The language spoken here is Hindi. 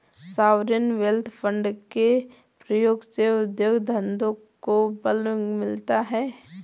सॉवरेन वेल्थ फंड के प्रयोग से उद्योग धंधों को बल मिलता है